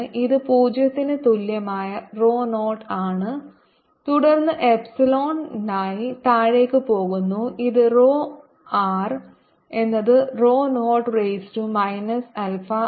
ഇത് 0 ന് തുല്യമായ rho 0 ആണ് തുടർന്ന് എക്സ്പോണൻഷലായി താഴേക്ക് പോകുന്നു ഇത് rho r എന്നത് rho 0 raise to minus alpha r